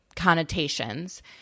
Connotations